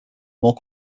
more